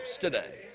today